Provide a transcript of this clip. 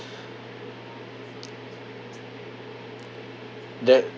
there